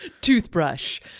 toothbrush